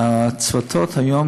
הצוותים היום,